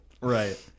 Right